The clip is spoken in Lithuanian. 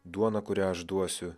duona kurią aš duosiu